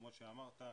כמו שאמרת,